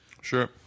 Sure